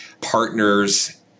partners